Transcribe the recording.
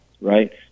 Right